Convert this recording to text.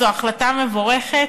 זו החלטה מבורכת,